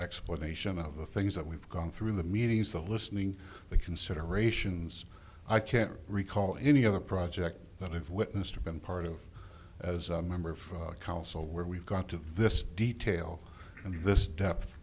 explanation of the things that we've gone through the meetings the listening the considerations i can't recall any other project that i've witnessed or been part of as a member of council where we've got to this detail and this depth